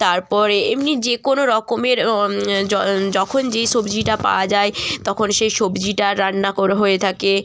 তার পরে এমনি যে কোনো রকমের অ য যখন যেই সবজিটা পাওয়া যায় তখন সেই সবজিটা রান্না কর হয়ে থাকে